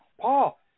Paul